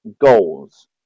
goals